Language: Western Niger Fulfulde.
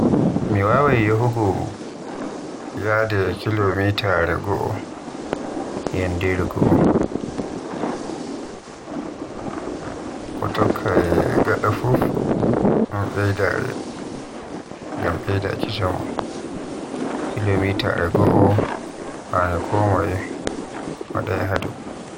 Mi wawai yahugu hayde kilomitaare goo e yandere go'o. Ko tokkoy gada fuf un beydaare, ngam beydaaki jaamu. Kilomitaare goo haani konmoye wada yahdu.